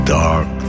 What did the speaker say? dark